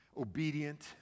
obedient